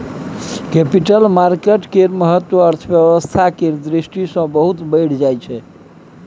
capital market केर महत्व अर्थव्यवस्था केर दृष्टि सँ बहुत बढ़ि जाइ छै